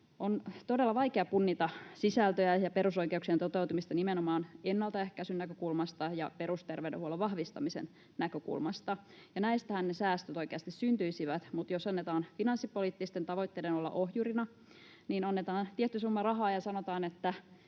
On todella vaikea punnita sisältöjä ja perusoikeuksien toteutumista nimenomaan ennaltaehkäisyn näkökulmasta ja perusterveydenhuollon vahvistamisen näkökulmasta, ja näistähän ne säästöt oikeasti syntyisivät, mutta jos annetaan finanssipoliittisten tavoitteiden olla ohjurina, niin annetaan tietty summa rahaa ja sanotaan, että,